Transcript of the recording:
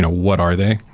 what are they?